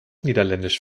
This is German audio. niederländisch